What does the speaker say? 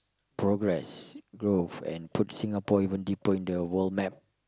progress growth and put Singapore even deeper in the world map